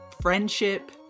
friendship